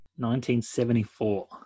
1974